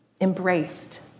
Embraced